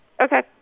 Okay